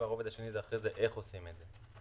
והרובד השני זה איך עושים את זה.